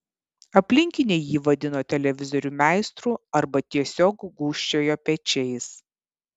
aplinkiniai jį vadino televizorių meistru arba tiesiog gūžčiojo pečiais